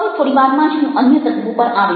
હવે થોડી વારમાં જ હું અન્ય તત્ત્વો પર આવીશ